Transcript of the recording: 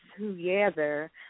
together